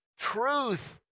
Truth